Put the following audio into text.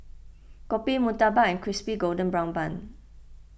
Kopi Murtabak and Crispy Golden Brown Bun